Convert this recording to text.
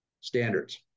standards